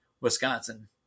Wisconsin